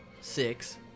six